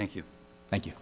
thank you thank you